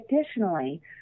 Additionally